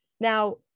Now